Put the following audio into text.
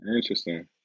Interesting